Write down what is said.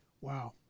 Wow